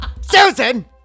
Susan